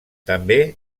també